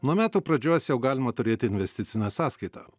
nuo metų pradžios jau galima turėti investicinę sąskaitą